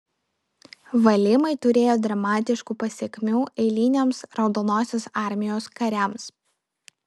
valymai turėjo dramatiškų pasekmių eiliniams raudonosios armijos kariams